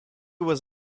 was